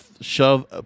shove